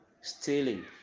stealing